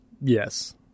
Yes